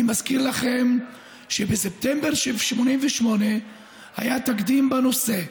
אני מזכיר לכם שבספטמבר 1988 היה תקדים בנושא,